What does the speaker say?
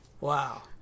Wow